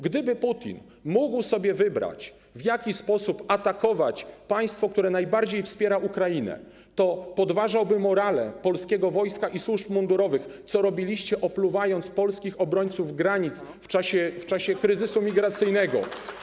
Gdyby Putin mógł sobie wybrać, w jaki sposób atakować państwo, które najbardziej wspiera Ukrainę, to podważałby morale polskiego wojska i służb mundurowych, co robiliście, opluwając polskich obrońców granic w czasie kryzysu migracyjnego.